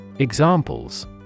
Examples